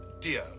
dear